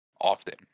often